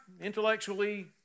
intellectually